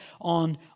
on